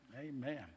Amen